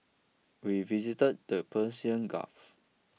we visited the Persian Gulf